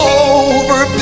over